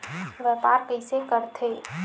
व्यापार कइसे करथे?